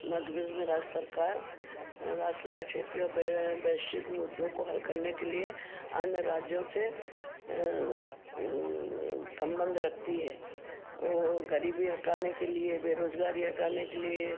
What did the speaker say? मध्य प्रदेश में राज्य सरकार राज्य सरकार क्षेत्रियों पर बैशिक मुद्दों को हल करने के लिए अन्य राज्यों से संबंध रखती है वो गरीबी हटाने के लिए बेरोज़गारी हटाने के लिए